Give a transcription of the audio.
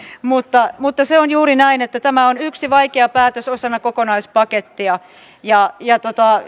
mutta mutta se on juuri näin että tämä on yksi vaikea päätös osana kokonaispakettia ja ja